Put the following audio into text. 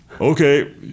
Okay